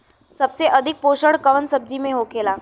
सबसे अधिक पोषण कवन सब्जी में होखेला?